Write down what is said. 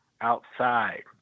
outside